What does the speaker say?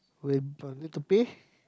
with little pay